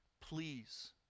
please